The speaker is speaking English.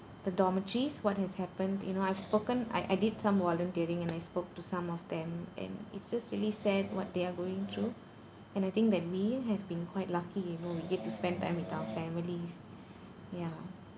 the dormitories what has happened you know I've spoken I I did some volunteering and I spoke to some of them and it's just really sad what they are going through and I think that we have been quite lucky you know we get to spend time with our families ya